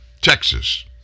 Texas